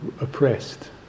oppressed